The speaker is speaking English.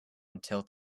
until